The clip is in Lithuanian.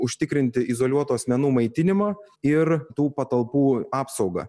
užtikrinti izoliuotų asmenų maitinimą ir tų patalpų apsaugą